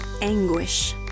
Anguish